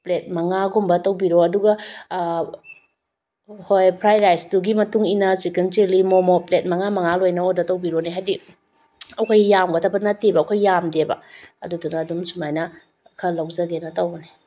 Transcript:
plate ꯃꯉꯥꯒꯨꯝꯕ ꯇꯧꯕꯤꯔꯣ ꯑꯗꯨꯒ ꯍꯣꯏ ꯐ꯭ꯔꯥꯏ ꯔꯥꯏꯁꯇꯨꯒꯤ ꯃꯇꯨꯡ ꯏꯟꯅ ꯆꯤꯀꯟ ꯆꯤꯂꯤ ꯃꯣꯃꯣ ꯄ꯭ꯂꯦꯠ ꯃꯉꯥ ꯃꯉꯥ ꯂꯣꯏꯅ ꯑꯣꯔꯗꯔ ꯇꯧꯕꯤꯔꯣꯅꯦ ꯍꯥꯏꯗꯤ ꯑꯩꯈꯣꯏ ꯌꯥꯝꯒꯗꯕ ꯅꯠꯇꯦꯕ ꯑꯩꯈꯣꯏ ꯌꯥꯝꯗꯦꯕ ꯑꯗꯨꯗꯨꯅ ꯑꯗꯨꯝ ꯁꯨꯃꯥꯏꯅ ꯈꯔ ꯂꯧꯖꯒꯦꯅ ꯇꯧꯕꯅꯦ